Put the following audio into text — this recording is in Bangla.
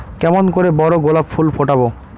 কেমন করে বড় গোলাপ ফুল ফোটাব?